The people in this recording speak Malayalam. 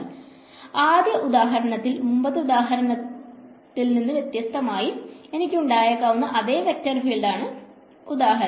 അതിനാൽ ആദ്യ ഉദാഹരണത്തിൽ മുമ്പത്തെ ഉദാഹരണത്തിൽ എനിക്ക് ഉണ്ടായിരുന്ന അതേ വെക്റ്റർ ഫീൽഡാണ് ആദ്യ ഉദാഹരണം